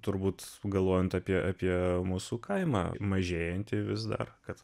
turbūt galvojant apie apie mūsų kaimą mažėjantį vis dar kad